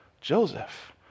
Joseph